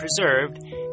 preserved